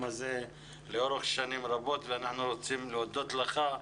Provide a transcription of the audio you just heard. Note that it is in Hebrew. הזה לאורך שנים רבות ואנחנו רוצים להודות לך.